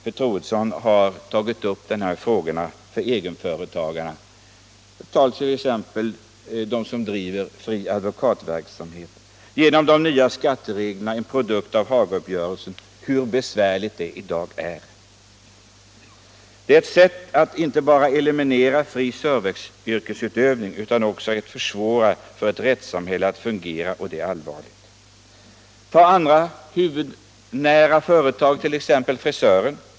Fru Troedsson har redan behandlat dessa för egenföretagarna så viktiga frågor. Tag som exempel hur besvärligt det i dag är att bedriva fri advokatverksamhet i detta land på grund av de nya skattereglerna — en produkt av Hagauppgörelsen. Det här är ett sätt inte bara att eliminera den fria serviceyrkesutövningen utan också att försvåra för ett rättssamhälle att fungera, och det är allvarligt. Tag andra ”huvudnära” företagare, t.ex. frisören!.